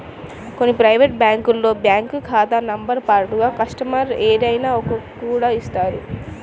కొన్ని ప్రైవేటు బ్యాంకులు బ్యాంకు ఖాతా నెంబరుతో పాటుగా కస్టమర్ ఐడిని కూడా ఇస్తున్నాయి